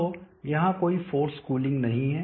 तो यहां कोई फोर्स कूलिंग नहीं है